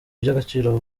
iby’agaciro